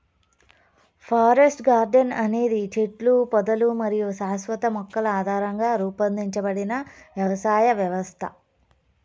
forest garden అనేది చెట్లు, పొదలు మరియు శాశ్వత మొక్కల ఆధారంగా రూపొందించబడిన వ్యవసాయ వ్యవస్థ